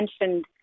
mentioned